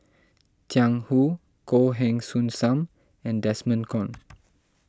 Jiang Hu Goh Heng Soon Sam and Desmond Kon